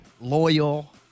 loyal